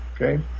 Okay